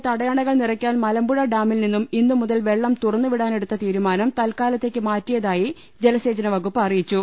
ഭാരതപ്പുഴയിലെ തടയണകൾ നിറയ്ക്കാൻ മലമ്പുഴ ഡാമിൽ നിന്നും ഇന്ന് മുതൽ വെള്ളം തുറന്നുവിടാനെടുത്ത തീരുമാനം തൽക്കാലത്തേക്കു മാറ്റിയതായി ജലസേചന വകുപ്പ് അറിയിച്ചു